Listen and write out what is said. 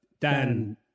Dan